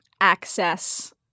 access